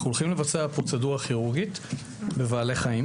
אנחנו הולכים לבצע פרוצדורה כירורגית בבעלי חיים